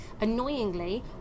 Annoyingly